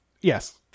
Yes